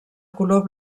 color